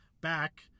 back